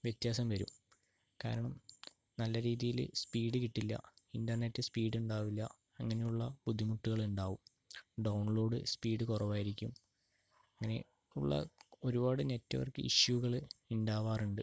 വ്യത്യാസം വരും കാരണം നല്ല രീതിയില് സ്പീഡ് കിട്ടില്ല ഇൻ്റർനെറ്റ് സ്പീഡ് ഉണ്ടാവില്ല അങ്ങനെയുള്ള ബുദ്ധിമുട്ടുകൾ ഉണ്ടാകും ഡൗൺലോഡ് സ്പീഡ് കുറവായിരിക്കും അങ്ങനെയുള്ള ഒരുപാട് നെറ്റ്വർക്ക് ഇഷ്യൂകൾ ഉണ്ടാവാറുണ്ട്